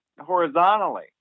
horizontally